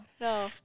no